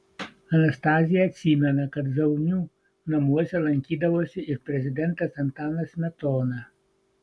anastazija atsimena kad zaunių namuose lankydavosi ir prezidentas antanas smetona